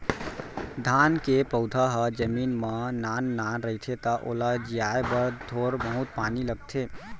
धान के पउधा ह जमीन म नान नान रहिथे त ओला जियाए बर थोर बहुत पानी लगथे